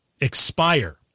expire